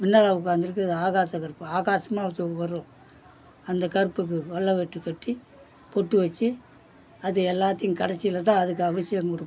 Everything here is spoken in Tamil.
முன்னால் உட்காந்துருக்குறது ஆகாசகருப்பு ஆகாசமாக அது வரும் அந்தக் கருப்புக்கு வெள்ள வேட்டி கட்டி பொட்டு வச்சு அது எல்லாத்தையும் கடைசியில் தான் அதுக்கு அபிஷேகம் கொடுப்போம்